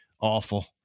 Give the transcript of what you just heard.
Awful